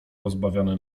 rozbawiony